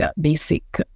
basic